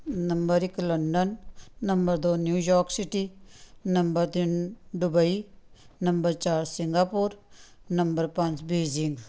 number ਇੱਕ London number ਦੋ New York city number ਤਿੰਨ ਦੁਬਈ ਨੰਬਰ ਚਾਰ ਸਿੰਘਾਪੁਰ ਨੰਬਰ ਪੰਜ ਬੀਜਿੰਗ